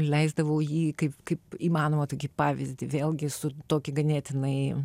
leisdavau jį kaip kaip įmanoma tokį pavyzdį vėlgi su tokį ganėtinai